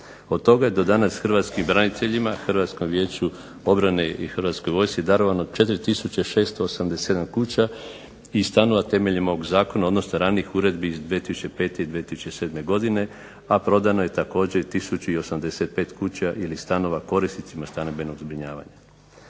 Od toga je do danas hrvatskim braniteljima, Hrvatskom vijeću obrane i Hrvatskoj vojsci darovano 4687 kuća i stanova temeljem ovog zakona, odnosno ranijih uredbi iz 2005. i 2007. godine, a prodano je također 1085 kuća ili stanova korisnicima stambenog zbrinjavanja.